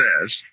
says